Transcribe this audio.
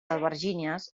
albergínies